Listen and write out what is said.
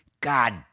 God